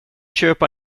köpa